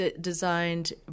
designed